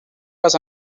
vas